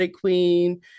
queen